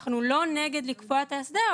אנחנו לא נגד לקבוע את ההסדר,